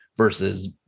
versus